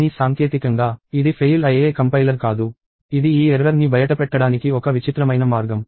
కానీ సాంకేతికంగా ఇది ఫెయిల్ అయ్యే కంపైలర్ కాదు ఇది ఈ ఎర్రర్ ని బయటపెట్టడానికి ఒక విచిత్రమైన మార్గం